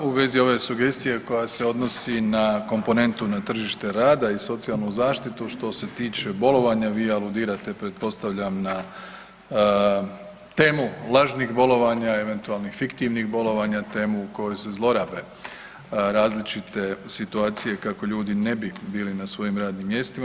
U vezi ove sugestije koja se odnosi na komponentu na tržište rada i socijalnu zaštitu, što se tiče bolovanja, vi aludirate pretpostavljam na temu lažnih bolovanja i eventualno fiktivnih bolovanja, temu u kojoj se zlorabe različite situacije kako ljudi ne bi bili na svojim radnim mjestima.